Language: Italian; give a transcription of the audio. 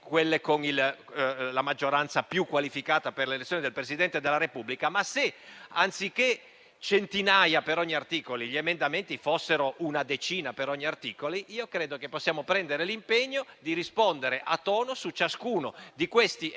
quelle con la maggioranza più qualificata per le elezioni del Presidente della Repubblica - se, anziché centinaia, gli emendamenti fossero una decina per ogni articolo, credo che potremmo prendere l'impegno di rispondere a tono su ciascuno di essi